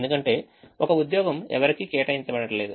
ఎందుకంటే ఒక ఉద్యోగం ఎవరికీ కేటాయించబడలేదు